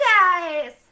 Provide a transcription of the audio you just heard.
guys